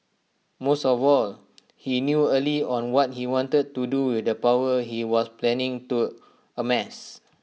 most of all he knew early on what he wanted to do with the power he was planning to amass